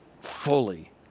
fully